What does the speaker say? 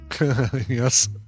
yes